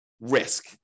risk